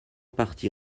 partie